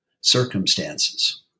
circumstances